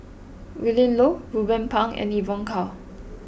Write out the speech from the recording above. Willin Low Ruben Pang and Evon Kow